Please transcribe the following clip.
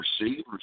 receivers